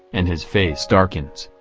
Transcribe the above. and his face darkens.